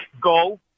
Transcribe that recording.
go